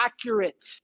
accurate